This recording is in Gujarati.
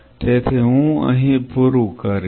તેથી હું અહીં પૂરું કરીશ